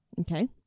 Okay